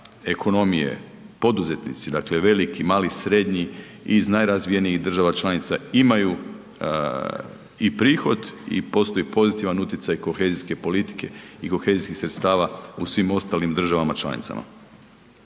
ekonomije, poduzetnici dakle veliki, mali, srednji iz najrazvijenijih država članica imaju i prihod i postoji pozitivan utjecaj kohezijske politike i kohezijskih sredstva u svim ostalim državama članicama.